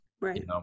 Right